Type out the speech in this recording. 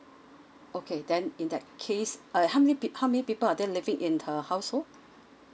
okay then in that case uh how many pe~ how many people are there living in her household